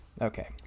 Okay